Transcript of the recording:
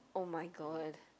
oh-my-god